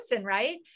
right